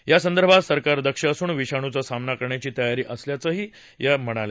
यासंदर्भात सरकार दक्ष असून विषाणूवा सामना करण्याची तयारी असल्याचंही त्या म्हणाल्या